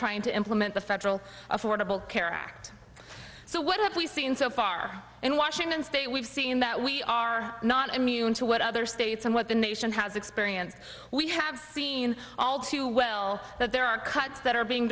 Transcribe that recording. trying to implement the federal affordable care act so what have we seen so far in washington state we've seen that we are not immune to what other states and what the nation has experienced we have seen all too well that there are cuts that are being